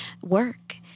work